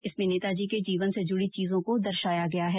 इसमें नेताजी के जीवन से जुड़ी चीजों को दर्शाया गया है